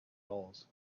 dollars